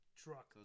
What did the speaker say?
truck